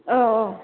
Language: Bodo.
औ औ